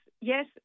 yes